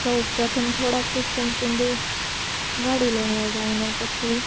સૌપ્રથમ થોડાક ડિસ્ટન્સ સુધી ગાડી લઈને જાઉં અને પછી